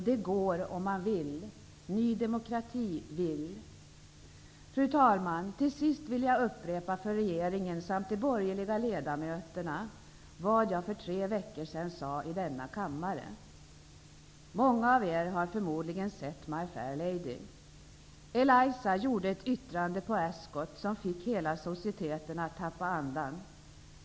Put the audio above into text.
Det går om man vill. Ny demokrati vill. Fru talman! Till sist vill jag upprepa för regeringen och de borgerliga ledamöterna vad jag för tre veckor sedan sade i denna kammare. Många av er har förmodligen sett My Fair Lady. Eliza fällde ett yttrande på Ascot som fick hela societeten att tappa andan.